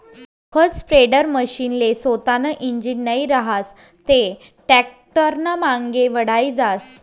खत स्प्रेडरमशीनले सोतानं इंजीन नै रहास ते टॅक्टरनामांगे वढाई जास